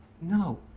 No